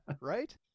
right